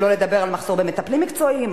שלא לדבר על מחסור במטפלים מקצועיים,